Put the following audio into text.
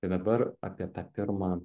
tai dabar apie tą pirmą